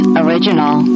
original